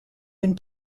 been